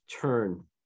turn